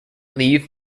leave